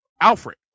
Alfred